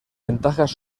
ventajas